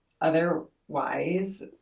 otherwise